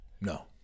No